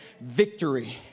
victory